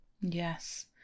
Yes